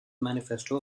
manifesto